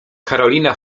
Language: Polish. karolina